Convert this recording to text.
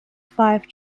five